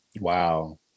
Wow